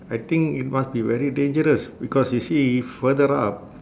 I think it must be very dangerous because you see further up